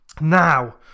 now